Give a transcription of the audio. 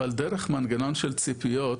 אבל דרך מנגנון של ציפיות,